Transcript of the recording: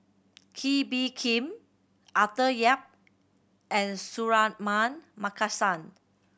Kee Bee Khim Arthur Yap and Suratman Markasan